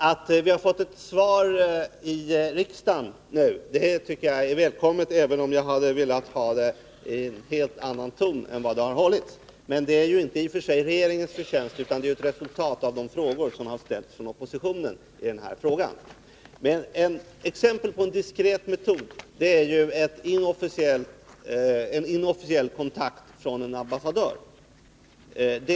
Herr talman! Det svar vi nu fått här i riksdagen är välkommet, även om jag hade önskat att det hållits i en helt annan ton. I och för sig är svaret inte regeringens förtjänst, utan det är ju ett resultat av att oppositionen framställt frågor i ärendet. Ett exempel på en diskret metod är en inofficiell kontakt från en ambassadörs sida.